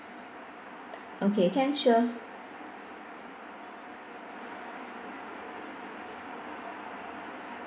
okay can sure